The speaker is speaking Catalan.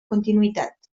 continuïtat